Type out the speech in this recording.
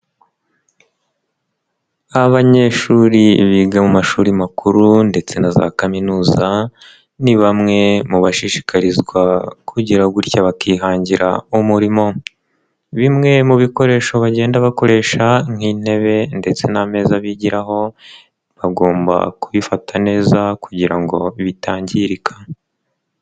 Abanyeshuri biga mu mashuri makuru ndetse na za kaminuza ni bamwe mu bashishikarizwa kugira gutya bakihangira umurimo bimwe mu bikoresho bagenda bakoresha nk'intebe ndetse n'ameza bigiraho bagomba kubifata neza kugira ngo bitangirika.